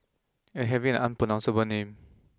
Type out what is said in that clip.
and having an unpronounceable name